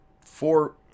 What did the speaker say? Four